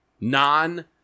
non